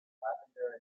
lavender